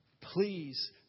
please